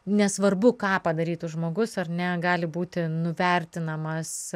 nesvarbu ką padarytų žmogus ar ne gali būti nuvertinamas